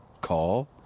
call